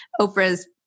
oprah's